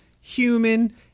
human